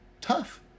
tough